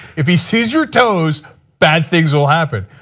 if he sees your toes bad things will happen.